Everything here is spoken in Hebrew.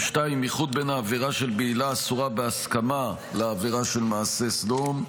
2. איחוד בין העבירה של בעילה אסורה בהסכמה לעבירה של מעשה סדום,